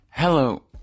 Hello